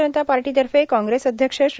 जनता पार्टीतर्फे काँग्रेस अध्यक्ष श्री